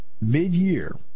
mid-year